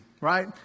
right